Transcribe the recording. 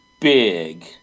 big